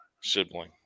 sibling